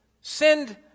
send